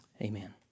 amen